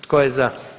Tko je za?